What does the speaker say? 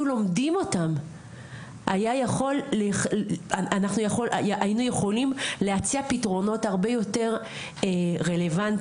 לומדים אותם היינו יכולים להציע פתרונות הרבה יותר רלוונטיים,